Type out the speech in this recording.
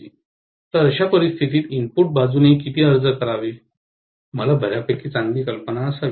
तर अशा परिस्थितीत इनपुट बाजूने किती लागू करावे मला बर्यापैकी चांगली कल्पना असावी